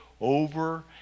over